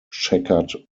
checkered